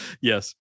Yes